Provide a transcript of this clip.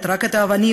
רק את האבנים,